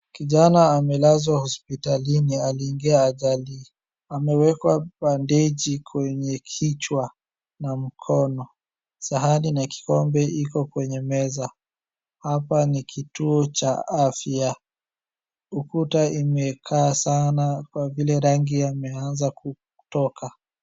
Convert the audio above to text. Kijana amelazwa hospitalini, aliingia ajali. Amewekwa bendeji kwenye kichwa na mkono. Sahani na kikombe iko kwenye meza. Hapa ni kituo cha afya. Ukuta imekaa sana kwa vile rangi imeanza kutoka.